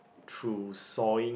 through sawing